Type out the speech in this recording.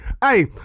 Hey